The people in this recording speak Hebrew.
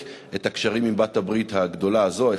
את הקשרים עם בעלת הברית הגדולה הזו,